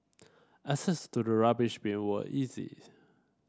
access to the rubbish bin was easy